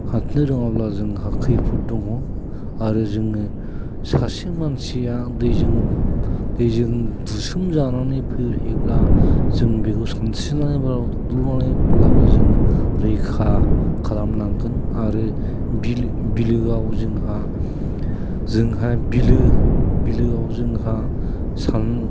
खारनो रोङाब्ला जोंहा खैफोद दङ आरो जोङो सासे मानसिया दैजों दैजों बुसोमजानानै फैयोब्ला जों बेखौ सानस्रिनानैब्लाबो जोङो रैखा खालामनांगोन आरो बिलोआव जोंहा बिलोआव जोंहा सान